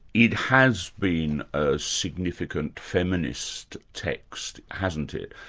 it has been a significant feminist text hasn't it?